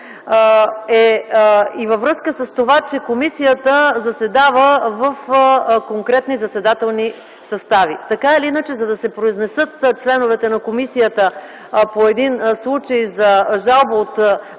и във връзка с това, че комисията заседава в конкретни заседателни състави. Така или иначе, за да се произнесат членовете на комисията по един случай – жалба от